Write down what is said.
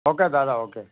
okay दादा okay